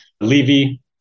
Levy